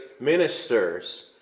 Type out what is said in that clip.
ministers